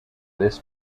this